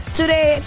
today